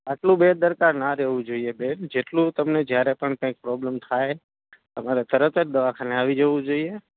આટલું બેદરકાર ના રહેવું જોઈએ બેન જેટલું તમને જયારે પણ કંઈક પ્રૉબ્લેમ થાય તમારે તરત જ દવાખાને આવી જવું જોઈએ